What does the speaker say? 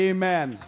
Amen